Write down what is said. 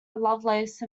lovelace